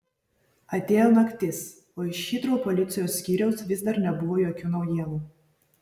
atėjo naktis o iš hitrou policijos skyriaus vis dar nebuvo jokių naujienų